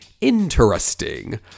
Interesting